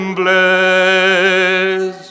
bless